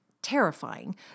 terrifying